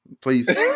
Please